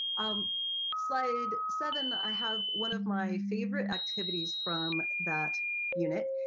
on slide seven, i have one of my favorite activities from that unit,